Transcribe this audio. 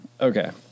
okay